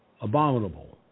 abominable